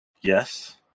Yes